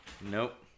nope